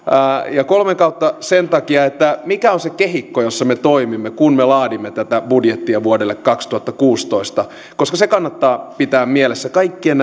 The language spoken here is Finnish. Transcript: kolmen kautta sen takia että nähdään mikä on se kehikko jossa me toimimme kun me laadimme tätä budjettia vuodelle kaksituhattakuusitoista koska se kannattaa pitää mielessä kaikkien